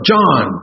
John